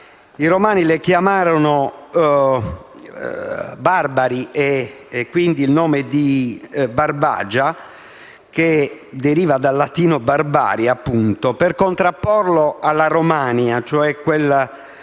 I romani li chiamarono «barbari» e da qui il nome di «Barbagia», che deriva dal latino *Barbaria*, appunto, per contrapporlo alla *Romania* e cioè il